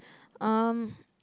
um